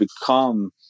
become